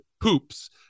HOOPS